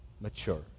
mature